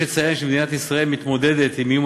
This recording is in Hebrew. יש לציין שמדינת ישראל מתמודדת עם איום